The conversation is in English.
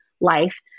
life